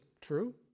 true